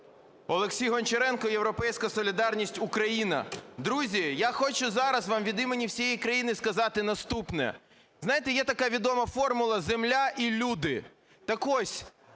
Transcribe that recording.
Олексій Гончаренко ,"Європейська Солідарність" Україна. Друзі, я хочу зараз вам від імені всієї країни сказати наступне, знаєте, є така відома формула: "земля і люди". Так ось,